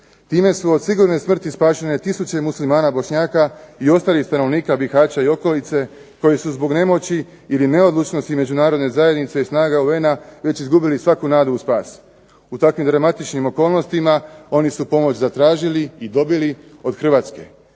Time su od sigurne smrti spašene tisuće muslimana i bošnjaka i ostalih stanovnika Bihaća i okolice koji su zbog nemoći ili neodlučnosti međunarodne zajednice i snaga UN-a već izgubili svaku nadu u spas. U takvim dramatičnim okolnostima oni su pomoć zatražili i dobili od Hrvatske.